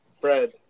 Fred